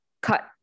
cut